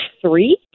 three